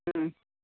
ಹ್ಞೂ